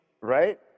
Right